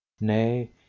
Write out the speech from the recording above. Nay